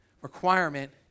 requirement